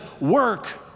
work